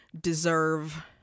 deserve